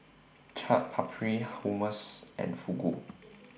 Chaat Papri Hummus and Fugu